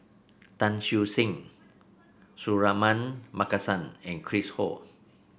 Tan Siew Sin Suratman Markasan and Chris Ho